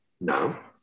No